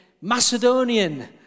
Macedonian